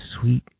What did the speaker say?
sweet